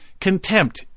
Contempt